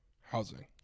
housing